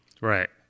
Right